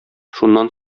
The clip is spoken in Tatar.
шуннан